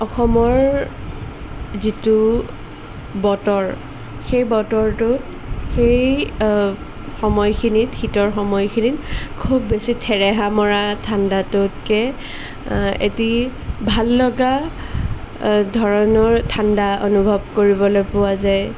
অসমৰ যিটো বতৰ সেই বতৰটো সেই সময়খিনিত শীতৰ সময়খিনিত খুব বেছি ঠেৰেহা মৰা ঠাণ্ডাটোতকে এটি ভাল লগা ধৰণৰ ঠাণ্ডা অনুভৱ কৰিবলৈ পোৱা যায়